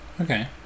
Okay